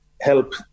help